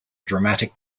dramatic